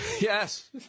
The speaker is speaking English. Yes